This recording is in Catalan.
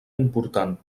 important